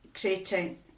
creating